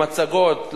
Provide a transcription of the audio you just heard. עם מצגות.